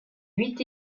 huit